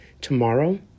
tomorrow